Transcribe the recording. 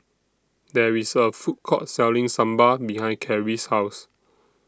There IS A Food Court Selling Sambar behind Carrie's House